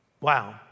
Wow